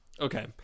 Okay